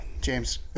James